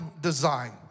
design